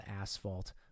asphalt